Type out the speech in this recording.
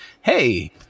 hey